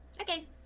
Okay